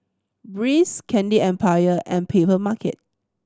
Breeze Candy Empire and Papermarket